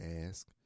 ask